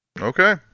Okay